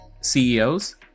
CEOs